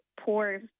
poor